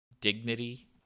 Dignity